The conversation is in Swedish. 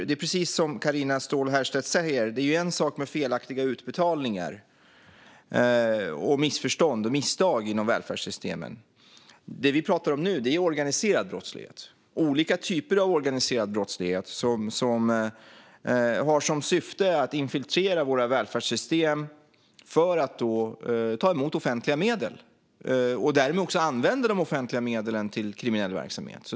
Det är precis som Carina Ståhl Herrstedt säger: Det är en sak med felaktiga utbetalningar, missförstånd och misstag inom välfärdssystemen. Det vi talar om nu handlar dock om organiserad brottslighet. Det är olika typer av organiserad brottslighet som har som syfte att infiltrera våra välfärdssystem för att ta emot offentliga medel. Därmed använder man offentliga medlen till kriminell verksamhet.